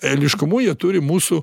eiliškumu jie turi mūsų